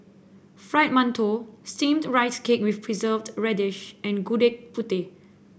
Fried Mantou Steamed Rice Cake with Preserved Radish and Gudeg Putih